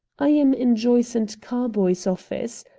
i am in joyce and carboy's office.